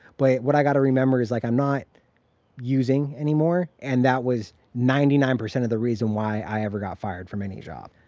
but what i gotta remember is, like, i'm not using anymore and that was ninety-nine percent of the reason why i ever got fired from any job.